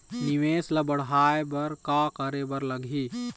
निवेश ला बड़हाए बर का करे बर लगही?